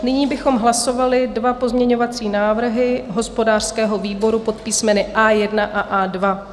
Nyní bychom hlasovali dva pozměňovací návrhy hospodářského výboru pod písmeny A1 a A2.